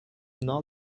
not